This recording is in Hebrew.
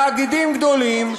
תאגידים גדולים,